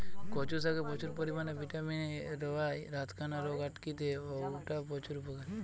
কচু শাকে প্রচুর পরিমাণে ভিটামিন এ রয়ায় রাতকানা রোগ আটকিতে অউটা প্রচুর উপকারী